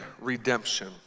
redemption